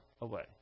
away